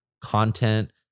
content